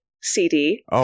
CD